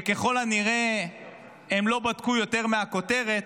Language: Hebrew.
שככל הנראה הם לא בדקו יותר מהכותרת,